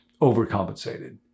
overcompensated